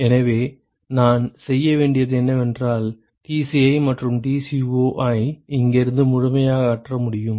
எனவே நான் செய்ய வேண்டியது என்னவென்றால் Tci மற்றும் Tco ஐ இங்கிருந்து முழுமையாக அகற்ற முடியும்